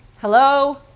Hello